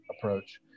approach